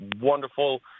wonderful